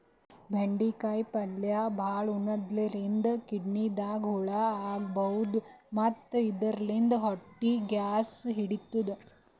ಬೆಂಡಿಕಾಯಿ ಪಲ್ಯ ಭಾಳ್ ಉಣಾದ್ರಿನ್ದ ಕಿಡ್ನಿದಾಗ್ ಹಳ್ಳ ಆಗಬಹುದ್ ಮತ್ತ್ ಇದರಿಂದ ಹೊಟ್ಟಿ ಗ್ಯಾಸ್ ಹಿಡಿತದ್